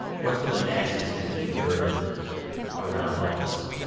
what's been the nastiest thing that you've heard around all of this?